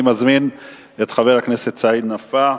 אני מזמין את חבר הכנסת סעיד נפאע.